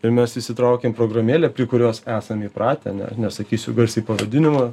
ir mes išsitraukėm programėlę prie kurios esame įpratę ne nesakysiu garsiai pavadinimo